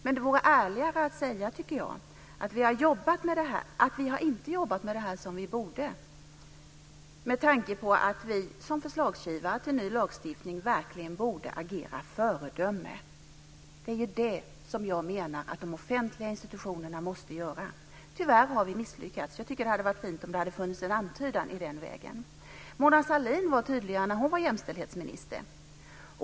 Men det vore ärligare att säga: Vi har inte jobbat med det här som vi borde med tanke på att vi som förslagsgivare till ny lagstiftning verkligen borde agera föredöme. Det är ju det som jag menar att de offentliga institutionerna måste göra. Tyvärr har vi misslyckats. Det hade varit fint om det hade funnits en antydan i den vägen. Mona Sahlin var tydlig när hon var jämställdhetsminister.